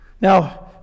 Now